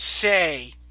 say